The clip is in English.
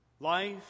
Life